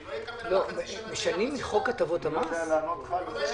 אני לא אקבל- -- בוודאי שכן,